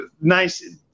nice